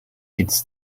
it’s